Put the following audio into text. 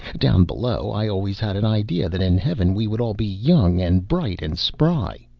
down below, i always had an idea that in heaven we would all be young, and bright, and spry.